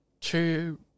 two